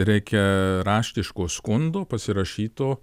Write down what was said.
reikia raštiško skundo pasirašyto